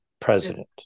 president